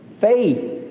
Faith